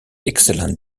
excellent